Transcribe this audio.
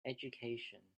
education